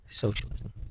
socialism